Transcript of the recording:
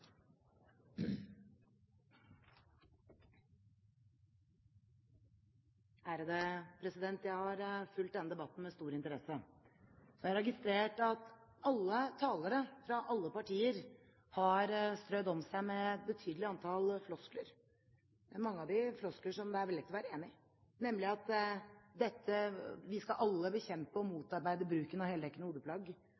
Jeg har fulgt denne debatten med stor interesse. Jeg har registrert at alle talere, fra alle partier, har strødd om seg med et betydelig antall floskler, mange av dem floskler som det er lett å være enig i, nemlig: Vi skal alle bekjempe og